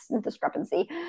discrepancy